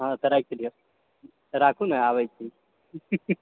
हाँ तऽ राखि दिऔ राखू नऽ आबैत छी